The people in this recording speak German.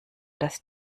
das